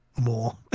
more